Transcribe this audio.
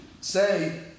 say